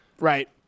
Right